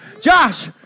Josh